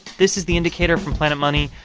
this is the indicator from planet money.